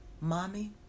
Mommy